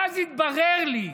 ואז התברר לי,